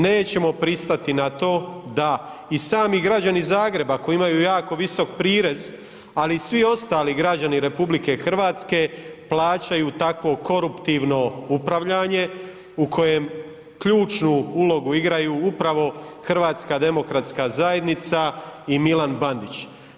Nećemo pristati na to da i sami građani Zagreba koji imaju jako visok prirez, ali i svi ostali građani RH plaćaju takvo koruptivno upravljanje u kojem ključnu ulogu igraju upravo HDZ i Milan Bandić.